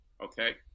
okay